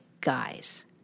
guys